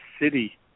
city